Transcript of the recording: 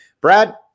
Brad